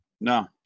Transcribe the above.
No